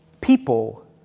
people